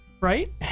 right